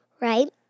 Right